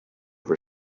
for